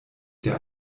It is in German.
der